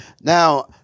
Now